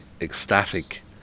ecstatic